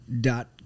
Dot